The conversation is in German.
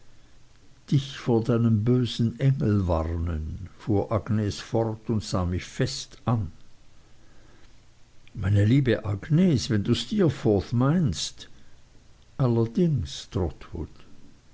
dich vor deinem bösen engel warnen fuhr agnes fort und sah mich fest an meine liebe agnes wenn du steerforth meinst allerdings